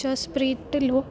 Jaspreet Dhillon